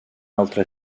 altra